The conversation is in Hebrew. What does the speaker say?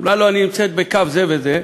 אמרה לו: נמצאת בקו זה וזה,